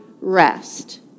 rest